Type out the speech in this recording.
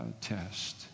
test